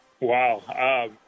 Wow